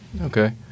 Okay